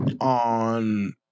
on